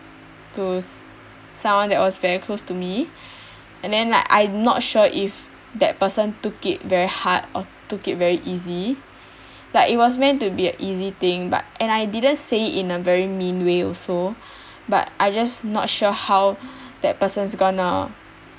to someone that was very close to me and then like I'm not sure if that person took it very hard or took it very easy like it was meant to be a easy thing but and I didn't say it in a very mean way also but I just not sure how that person's gonna